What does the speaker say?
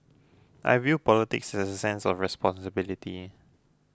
I view politics as a sense of responsibility